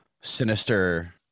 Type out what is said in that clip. sinister